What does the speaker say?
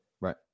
right